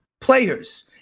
players